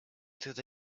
through